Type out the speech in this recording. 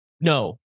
No